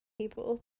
people